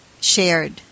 shared